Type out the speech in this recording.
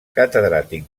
catedràtic